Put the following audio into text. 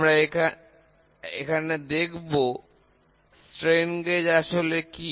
আমরা এখানে দেখবো স্ট্রেন গেজ আসলে কি